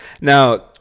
Now